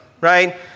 right